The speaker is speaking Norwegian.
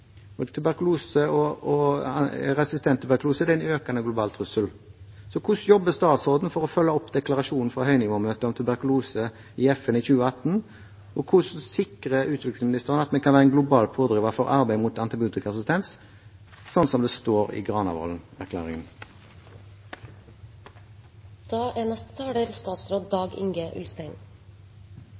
av tuberkulose. Både tuberkulose og resistent tuberkulose er en økende global trussel. Hvordan jobber statsråden for å følge opp deklarasjonen for høynivåmøtet om tuberkulose i FN i 2018, og hvordan sikrer utviklingsministeren at vi kan være en global pådriver for arbeidet mot antibiotikaresistens, som det står i Granavolden-plattformen? Det mange ikke vet, er at tuberkulose er den smittsomme sykdommen som tar flest liv i verden i dag.